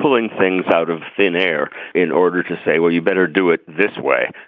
pulling things out of thin air in order to say well you better do it this way.